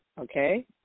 Okay